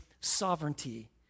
sovereignty